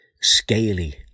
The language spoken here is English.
scaly